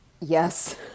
yes